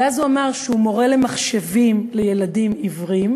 והוא אמר שהוא מורה למחשבים לילדים עיוורים.